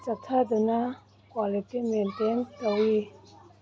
ꯆꯊꯗꯨꯅ quality maintain ꯇꯧꯏ